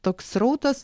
toks srautas